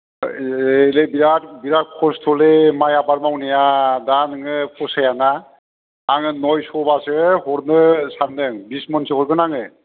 लै बिराद बिराद खसथ'लै माइ आबाद मावनाया दा नोङो फसाया ना आङो नयस'बासो हरनो सानदों बिसमनसो हरगोन आङो